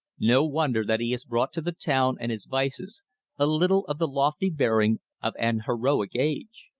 no wonder that he has brought to the town and his vices a little of the lofty bearing of an heroic age.